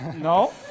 no